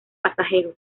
pasajeros